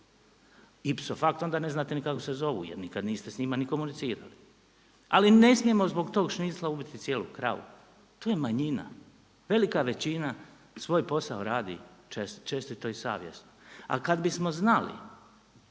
ipso facto onda ne znate ni kako se zovu jer nikada niste s njima ni komunicirali. Ali ne smijemo zbog tog šnicla ubiti cijelu kravu, to je manjina. Velika većina svoj posao radi čestito i savjesno. Ali kada bismo znali